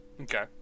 Okay